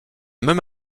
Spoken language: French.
même